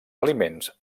aliments